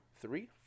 three